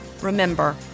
Remember